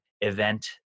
event